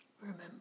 Remember